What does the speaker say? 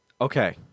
Okay